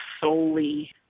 solely